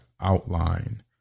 outline